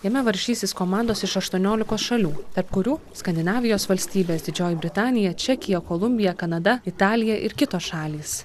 jame varžysis komandos iš aštuoniolikos šalių tarp kurių skandinavijos valstybės didžioji britanija čekija kolumbija kanada italija ir kitos šalys